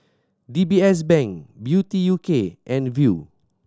D B S Bank Beauty U K and Viu